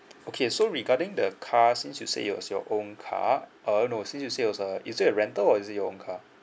okay so regarding the car since you said it was your own car uh no since you said it was uh is it a rental or is it your own car